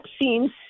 vaccines